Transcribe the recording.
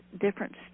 different